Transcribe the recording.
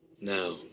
Now